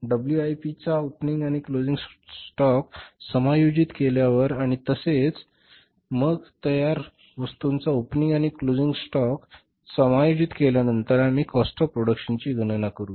WIP चा opening आणि closing साठा समायोजित केल्यावर आणि तसेच मग तयार वस्तूंचा ओपनिंग आणि क्लोजिंग साठा समायोजित केल्यानंतर आम्ही कॉस्ट ऑफ ऑफ प्रोडक्शन ची गणना करू